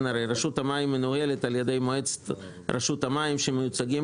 רשות המים מנוהלת על ידי מועצת רשות המים שמיוצגים